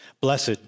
Blessed